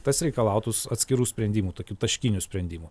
tas reikalautų atskirų sprendimų tokių taškinių sprendimų